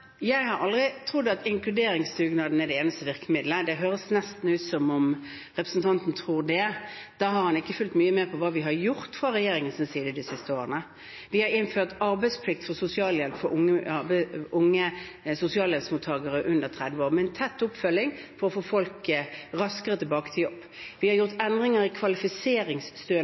Jeg har aldri trodd at inkluderingsdugnaden er det eneste virkemidlet. Det høres nesten ut som om representanten tror det. Da har han ikke fulgt mye med på hva vi har gjort fra regjeringens side de siste årene. Vi har innført arbeidsplikt for sosialhjelp for unge sosialhjelpsmottakere under 30 år, med tett oppfølging for å få folk raskere tilbake i jobb. Vi har gjort endringer i